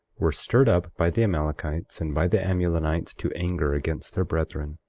were stirred up by the amalekites and by the amulonites to anger against their brethren.